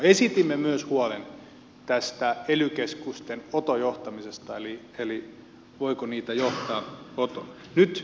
esitimme myös huolen ely keskusten oto johtamisesta eli siitä voiko niitä johtaa otona